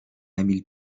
emil